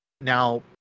Now